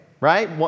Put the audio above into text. right